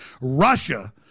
Russia